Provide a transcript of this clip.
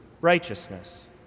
righteousness